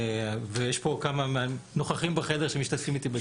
ויש פה כמה מהנוכחים בחדר שמשתתפים איתי בדיונים האלה.